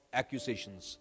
accusations